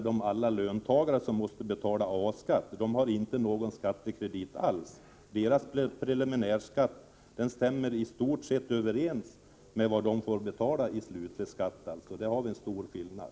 De löntagare som betalar A-skatt har inte någon skattekredit alls. Deras preliminärskatt stämmer i stort sett överens med vad de får betala i slutlig skatt. Där finns en stor skillnad.